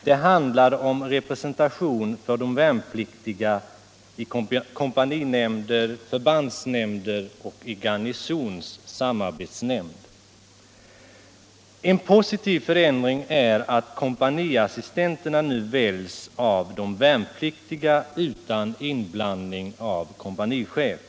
Det handlar om representation för de värnpliktiga i kompaninämnder, förbandsnämnder och i garnisons samarbetsnämnd. En positiv förändring är att kompaniassistenterna nu väljs av de värnpliktiga utan inblandning av kompanichef.